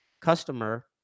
customer